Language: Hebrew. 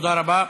תודה רבה.